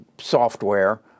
software